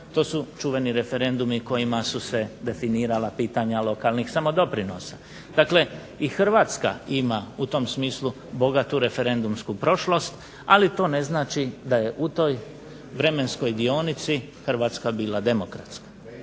to su čuveni referendumi kojima su se definirala pitanja lokalnih samodoprinosa. Dakle i Hrvatska ima u tom smislu bogatu referendumsku prošlost, ali to ne znači da je u toj vremenskoj dionici Hrvatska bila demokratska.